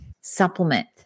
supplement